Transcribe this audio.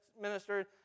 ministered